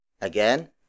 Again